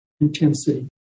intensity